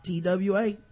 twa